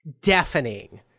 deafening